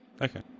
Okay